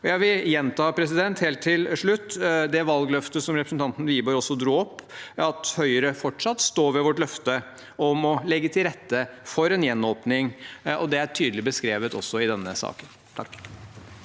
Jeg vil gjenta, helt til slutt, om det valgløftet som representanten Wiborg også dro opp: Høyre står fortsatt ved sitt løfte om å legge til rette for en gjenåpning. Det er tydelig beskrevet også i denne saken. Svein